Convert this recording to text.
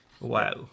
Wow